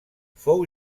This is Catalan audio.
fou